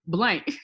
Blank